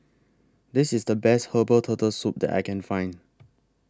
This IS The Best Herbal Turtle Soup that I Can Find